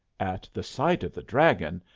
at the sight of the dragon,